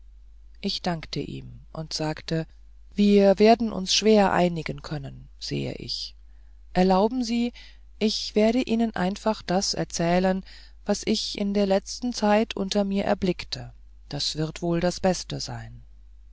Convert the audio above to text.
ich dankte ihm und sagte wir werden uns schwer einigen können sehe ich erlauben sie ich werde ihnen einfach das erzählen was ich in der letzten zeit unter mir erblickte das wird wohl das beste sein